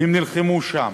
והם נלחמו שם.